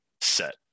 set